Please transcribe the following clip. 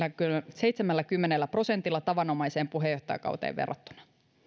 seitsemälläkymmenellä prosentilla tavanomaiseen puheenjohtajakauteen verrattuna